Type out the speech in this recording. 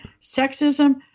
sexism